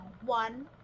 one